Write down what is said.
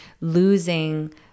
losing